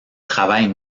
travaille